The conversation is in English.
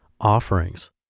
offerings